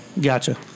Gotcha